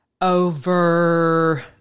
over